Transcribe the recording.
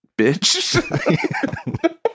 bitch